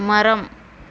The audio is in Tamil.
மரம்